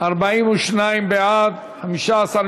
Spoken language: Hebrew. את הצעת חוק הכניסה לישראל (תיקון מס' 27)